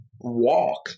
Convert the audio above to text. walk